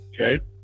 Okay